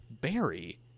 Barry